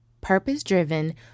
purpose-driven